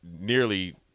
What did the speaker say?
nearly